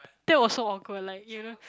that was so awkward like you know